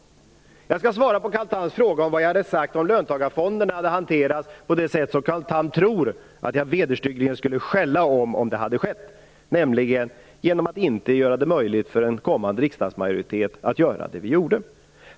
Jag kan svara på Carl Thams fråga vad jag hade sagt om löntagarfonderna hade hanterats på ett sätt som gjort att jag, som Carl Tham tror, vederstyggligen skulle skällt, nämligen att man hade gjort det omöjligt för en kommande riksdagsmajoritet att göra det vi gjorde.